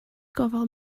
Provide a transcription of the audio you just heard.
gofal